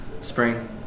Spring